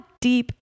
deep